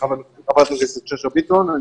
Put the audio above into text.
חברת הכנסת שאשא ביטון.